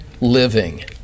living